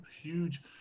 huge